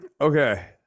Okay